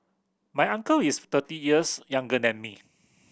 my uncle is thirty years younger than me